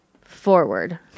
forward